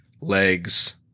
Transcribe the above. legs